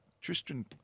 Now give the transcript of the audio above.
Tristan